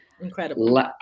Incredible